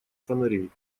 фонарей